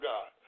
God